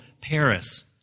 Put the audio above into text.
Paris